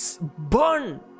burn